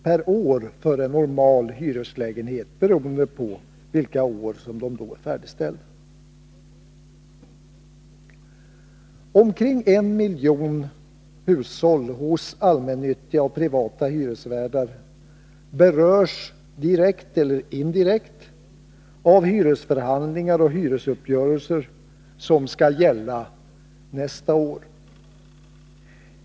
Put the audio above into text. per år för en normal hyreslägenhet, beroende på vilket år den blev färdigställd. Omkring en miljon hushåll inom de allmännyttiga bostadsföretagen och hos privata hyresvärdar berörs direkt eller indirekt av hyresförhandlingar och hyresuppgörelser som skall gälla nästa år.